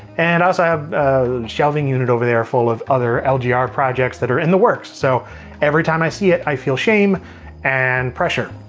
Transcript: and also i have a shelving unit over there full of other lgr projects that are in the works. so every time i see it, i feel shame and pressure.